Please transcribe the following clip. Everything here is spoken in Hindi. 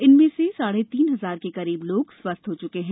इनमें से साढ़े तीन हजार के करीब लोग स्वस्थ हो चुके हैं